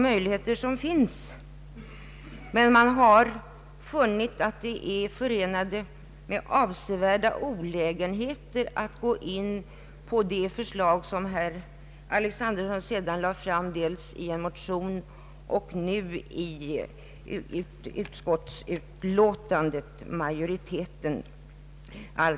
Föreningen anser det vara förenat med avsevärda olägenheter att genomföra det förslag som herr Alexanderson lagt fram i en motion och utskottsmajoriteten sedermera har tillstyrkt.